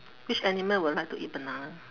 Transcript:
which animal will like to eat banana